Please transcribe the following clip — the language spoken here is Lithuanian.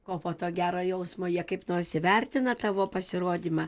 o po to gero jausmo jie kaip nors įvertina tavo pasirodymą